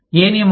ఏ నియమాలు